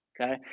Okay